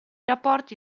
rapporti